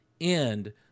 end